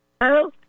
Hello